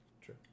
True